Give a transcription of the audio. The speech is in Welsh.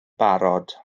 barod